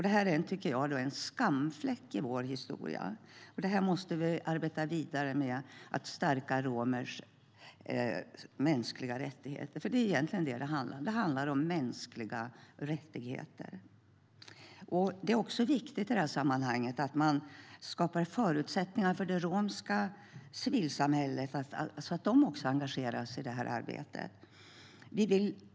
Det är en skamfläck i vår historia, tycker jag. Vi måste arbeta vidare med att stärka romers mänskliga rättigheter, för det är egentligen det som det handlar om. Det är också viktigt i detta sammanhang att man skapar förutsättningar för det romska civilsamhället att engageras i arbetet.